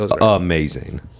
amazing